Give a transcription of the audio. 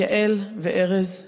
יעל וארז ברוך.